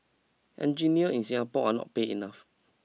engineers in Singapore are paid enough